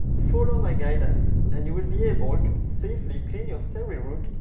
follow my guidelines and you will be able to safely clean your celery root,